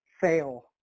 fail